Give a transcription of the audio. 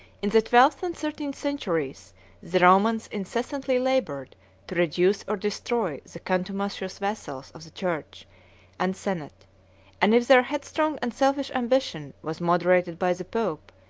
in the twelfth and thirteenth centuries the romans incessantly labored to reduce or destroy the contumacious vassals of the church and senate and if their headstrong and selfish ambition was moderated by the pope,